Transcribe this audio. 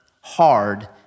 hard